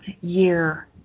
year